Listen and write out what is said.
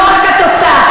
לא רק התוצאה,